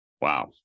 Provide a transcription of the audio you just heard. Wow